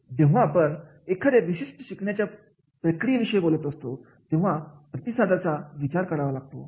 तर जेव्हा आपण एखाद्या विशिष्ट शिकण्याच्या प्रक्रियेविषयी बोलत असतो तेव्हा प्रतिसादाचा विचार करावा लागतो